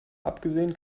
abgesehen